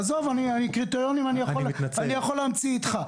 עזוב, קריטריונים אני יכול להמציא ביחד איתך.